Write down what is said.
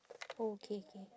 oh K K